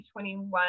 2021